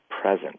present